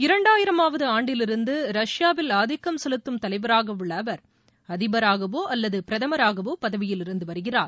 இரண்டாயிரமாவது ஆண்டிலிருந்து ரஷ்யாவில் ஆதிக்கம் செலுத்தும் தலைவராக உள்ள அவர் அதிபராகவோ அல்லது பிரதமராகவோ பதவியில் இருந்து வருகிறார்